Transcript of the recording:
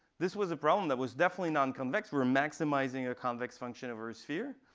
this was a problem that was definitely non-convex. we were maximizing a convex function over a sphere.